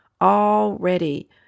already